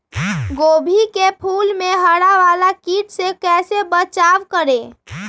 गोभी के फूल मे हरा वाला कीट से कैसे बचाब करें?